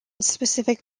specific